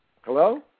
Hello